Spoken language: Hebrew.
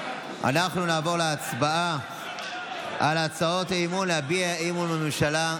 אנחנו נעבור להצבעה על ההצעות להביע אי-אמון בממשלה.